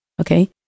okay